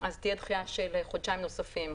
תהיה דחייה של חודשיים נוספים.